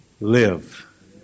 live